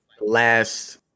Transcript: last